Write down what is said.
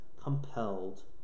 compelled